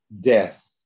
death